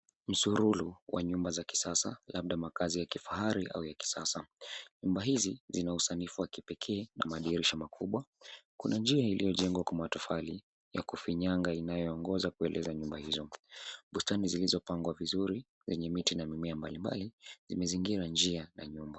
Msululu wa nyumba za kisasa labda makazi ya kifahari au ya kisasa nyumba hizi zina usanifu wa kipekee na madirisha makubwa kuna njia iliyojengwa kwa matofari ya kufinyanga inayongoza kweleza nyumba hizo, bustani zilizo pangwa vizuri zenye miti na mimea mbali mbali zimezingira njia ya nyumba.